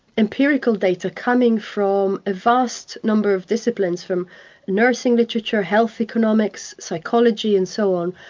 empirical data coming from a vast number of disciplines from nursing literature, health economics, psychology and so on.